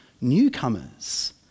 newcomers